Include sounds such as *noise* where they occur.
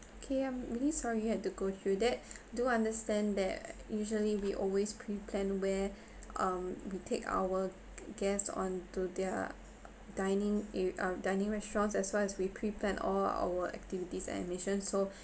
okay I'm really sorry you had to go through that *breath* do understand that usually we always pre-plan where *breath* um we take our g~ guests onto their dining ar~ uh dining restaurants as well as we pre-plan all our activities and admissions so